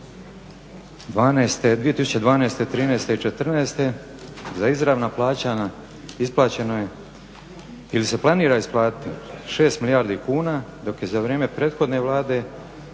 2012., '13. i '14. za izravna plaćanja isplaćeno je ili se planira isplatiti 6 milijardi kuna dok je za vrijeme prethodne Vlade